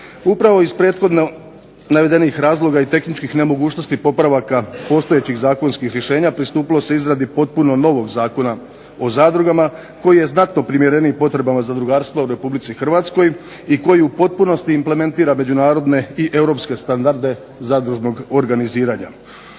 Upravo iz prethodno navedenih razloga i tehničkih nemogućnosti popravaka postojećih zakonskih rješenja pristupilo se izradi potpuno novog zakona o zadrugama koji je znatno primjereniji potrebama zadrugarstva u Republici Hrvatskoj i koji u potpunosti implementira međunarodne i europske standarde zadružnog organiziranja.